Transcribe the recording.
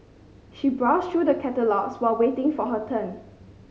she browsed through the catalogues while waiting for her turn